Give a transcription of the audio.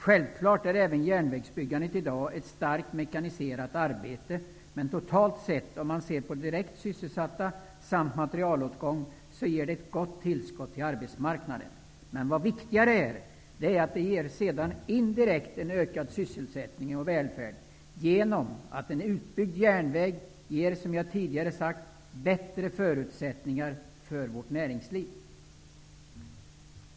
Självfallet är även järnvägsbyggandet i dag ett starkt mekaniserat arbete, men totalt sett, om man ser på antalet direkt sysselsatta samt materialåtgång, ger det ett gott tillskott till arbetsmarknaden. Ännu viktigare är ändå att det sedan indirekt ger en ökad sysselsättning och välfärd genom att en utbyggd järnväg, som jag tidigare har sagt, ger bättre förutsättningar för vårt näringsliv.